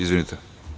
Izvinite.